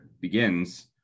begins